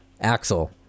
Axel